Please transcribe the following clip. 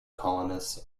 colonists